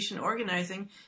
organizing